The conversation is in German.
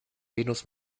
venus